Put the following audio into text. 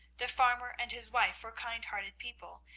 the farmer and his wife were kind-hearted people,